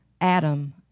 Adam